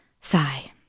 Sigh